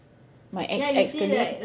my ex-ex-colleague